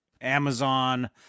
Amazon